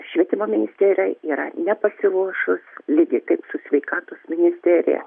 švietimo ministerija yra nepasiruošus lygiai taip su sveikatos ministerija